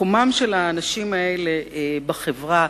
מקומם של האנשים האלה בחברה,